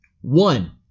One